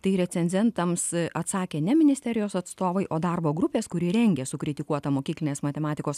tai recenzentams atsakė ne ministerijos atstovai o darbo grupės kuri rengia sukritikuotą mokyklinės matematikos